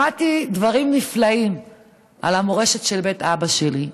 למדתי דברים נפלאים על המורשת של בית אבא שלי.